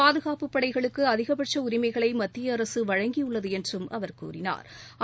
பாதுகாப்புப் படைகளுக்கு அதிகபட்ச உரிமைகளை மத்திய அரசு வழங்கியுள்ளது என்றும் அவர் கூறினாள்